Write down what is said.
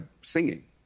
singing